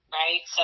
right